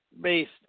based